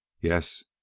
Yes